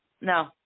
No